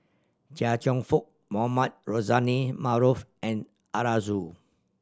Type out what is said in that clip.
Chia Cheong Fook Mohamed Rozani Maarof and Arasu